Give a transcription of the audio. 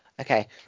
okay